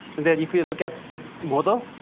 that if you look at this model,